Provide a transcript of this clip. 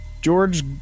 George